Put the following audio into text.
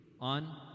on